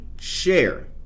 share